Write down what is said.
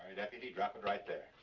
deputy, drop it right there.